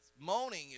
Moaning